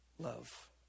love